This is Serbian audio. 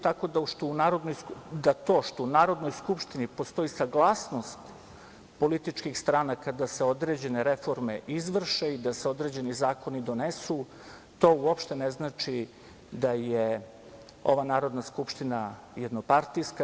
Tako da, to što u Narodnoj skupštini postoji saglasnost političkih stranaka da se određene reforme izvrše i da se određeni zakoni donesu, to uopšte ne znači da je ova Narodna skupština jednopartijska.